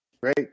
Great